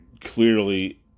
clearly